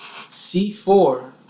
C4